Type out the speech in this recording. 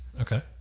Okay